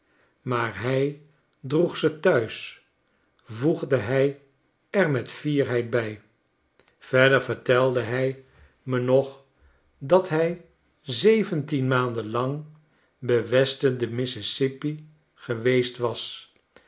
maar hij droeg ze thuis voegde hij er met fierheid bij verder vertelde hij me nog dat hij zeventien maanden lang bewesten den mississippi geweest was